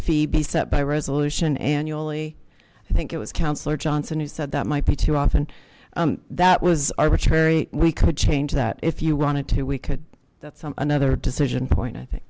fee be set by resolution annually i think it was councilor johnson who said that might be too often that was arbitrary we could change that if you wanted to we could that's another decision point i think